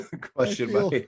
Question